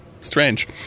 Strange